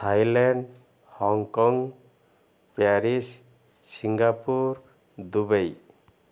Thailand Hong Kong Paris Singapore Dubai